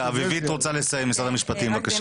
אביבית רוצה לסיים, משד המשפטים בבקשה.